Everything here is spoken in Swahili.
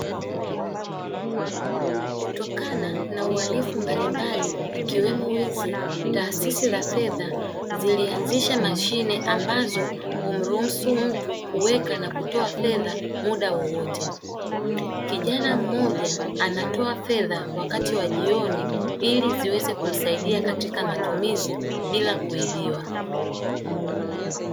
Kutokana na uhalifu mbalimbali ikiwemo wizi taasisi za fedha zilianzisha mashine ambazo humruhusu mtu kuweka na kutoa fedha muda wowote, kijana mmoja anatoa fedha wakati wa jioni ili ziweze kumsaidia katika matumizi bila kuibiwa.